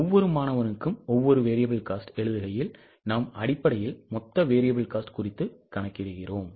ஒவ்வொரு மாணவனுக்கும் ஒவ்வொரு variable cost எழுதுகையில் நாம் அடிப்படையில் மொத்த variable cost குறித்து கணக்கிடுகிறோம்